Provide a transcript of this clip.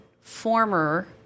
former –